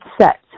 set